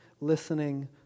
listening